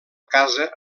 casa